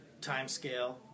timescale